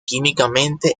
químicamente